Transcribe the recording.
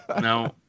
no